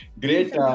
great